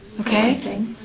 Okay